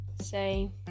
say